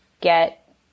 get